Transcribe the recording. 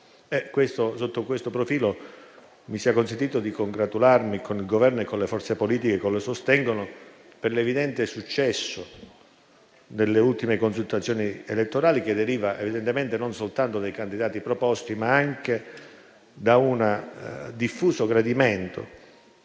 Sotto questo profilo, mi sia consentito congratularmi con il Governo e con le forze politiche che lo sostengono per l'evidente successo delle ultime consultazioni elettorali, che deriva evidentemente, non soltanto dai candidati proposti, ma anche da un diffuso gradimento